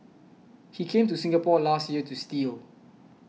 he came to Singapore last year to steal